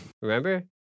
Remember